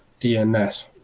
DNS